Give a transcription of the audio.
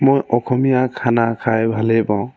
মই অসমীয়া খানা খাই ভালেই পাওঁ